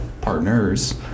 Partners